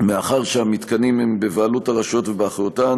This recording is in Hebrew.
מאחר שהמתקנים הם בבעלות הרשויות ובאחריותן,